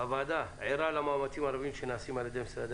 הוועדה ערה למאמצים הרבים שנעשים על-ידי משרדי